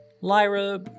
Lyra